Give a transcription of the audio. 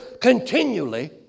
continually